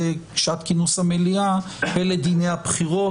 שעת כינוס המליאה אלה דיני הבחירות.